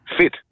fit